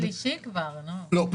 לא,